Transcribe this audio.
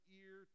ear